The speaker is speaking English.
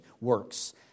works